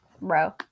Bro